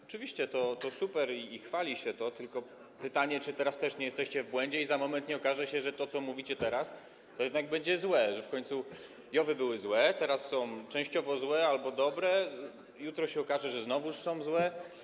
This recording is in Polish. Oczywiście to super i chwali się to, tylko pytanie, czy teraz też nie jesteście w błędzie i za moment nie okaże się, że to, co mówicie teraz, to jednak będzie złe, że w końcu JOW-y były złe, teraz są częściowo złe albo dobre, jutro się okaże, że znowuż są złe.